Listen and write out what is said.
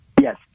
Yes